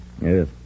Yes